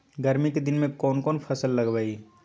गर्मी के दिन में कौन कौन फसल लगबई?